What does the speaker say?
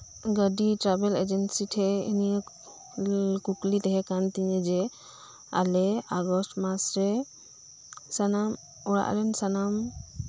ᱜᱟᱹᱰᱤ travel agency ᱴᱷᱮᱡ ᱱᱤᱭᱟᱹ ᱠᱩᱠᱞᱤ ᱛᱟᱦᱮᱸ ᱠᱟᱱᱛᱤᱧᱟᱹ ᱡᱮ ᱟᱞᱮ ᱟᱜᱚᱥᱴ ᱢᱟᱥᱨᱮ ᱥᱟᱱᱟᱢ ᱚᱲᱟᱜ ᱨᱮᱱ ᱥᱟᱱᱟᱢ